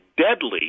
deadly